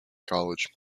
college